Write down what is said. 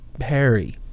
Harry